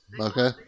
Okay